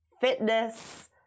fitness